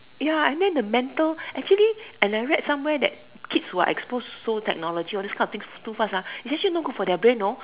ya I mean the mental actually and I read somewhere that kids who are exposed to technology all this kind of things too fast ah actually not good for their brain you know